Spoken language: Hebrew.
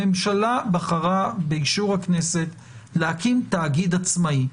הממשלה בחרה - באישור הכנסת להקים תאגיד עצמאי.